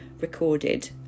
recorded